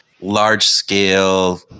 large-scale